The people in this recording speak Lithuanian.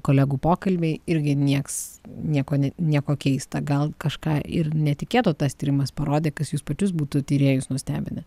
kolegų pokalbiai irgi nieks nieko ne nieko keista gal kažką ir netikėto tas tyrimas parodė kas jus pačius būtų tyrėjus nustebinę